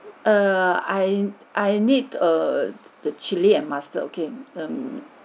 uh I I need err the chilli and mustard okay um